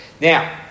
now